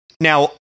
Now